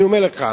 אני אומר לך,